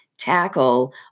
tackle